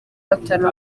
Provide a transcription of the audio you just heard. batanu